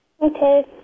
Okay